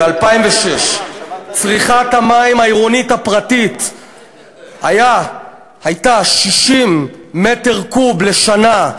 ב-2006 צריכת המים העירונית הפרטית הייתה 60 מטר קוב לשנה,